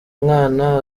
mwana